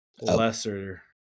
lesser